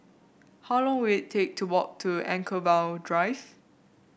how long will it take to walk to Anchorvale Drive